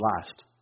last